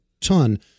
ton